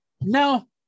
No